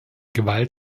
gewalt